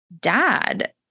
dad